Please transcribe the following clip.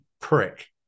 prick